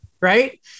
Right